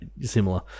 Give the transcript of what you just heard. similar